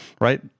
Right